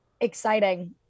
Exciting